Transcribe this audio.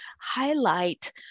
highlight